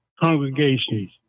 congregations